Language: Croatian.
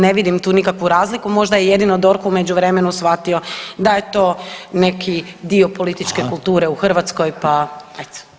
Ne vidim tu nikakvu razliku možda je jedino DORH u međuvremenu shvatio da je to neki dio političke [[Upadica: Hvala]] kulture u Hrvatskoj, pa eto.